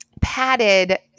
padded